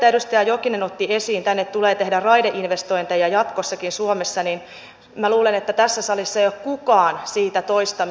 edustaja jokinen otti esiin että tulee tehdä raideinvestointeja jatkossakin suomessa minä luulen että tässä salissa ei ole kukaan siitä toista mieltä